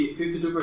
52%